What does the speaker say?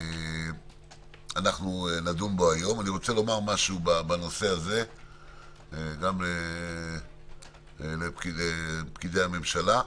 אני רוצה לומר משהו בנושא הזה גם לפקידי הממשלה.